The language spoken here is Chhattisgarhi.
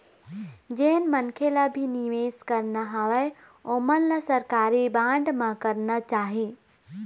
जेन मनखे ल भी निवेस करना हवय ओमन ल सरकारी बांड म करना चाही